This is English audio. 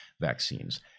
vaccines